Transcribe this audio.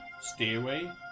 stairway